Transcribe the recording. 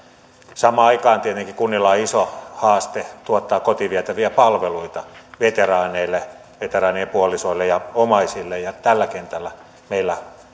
samaan aikaan tietenkin kunnilla on iso haaste tuottaa kotiin vietäviä palveluita veteraaneille veteraanien puolisoille ja omaisille ja tällä kentällä meillä